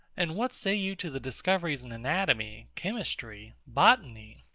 and what say you to the discoveries in anatomy, chemistry, botany.